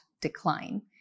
decline